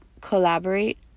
collaborate